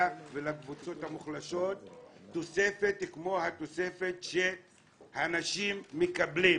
ולקבוצות המוחלשות תוספת כמו התוספת שהנשים מקבלות.